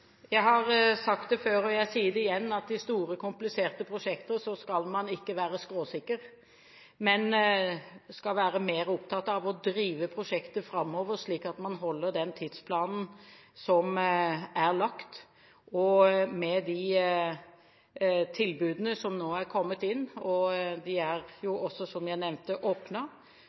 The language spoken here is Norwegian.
Jeg har sagt det før, og jeg sier det igjen, at i store, kompliserte prosjekter skal man ikke være skråsikker, men skal være mer opptatt av å drive prosjektet framover, slik at man holder den tidsplanen som er lagt. Med de tilbudene som nå er kommet inn, og de er jo også, som jeg nevnte,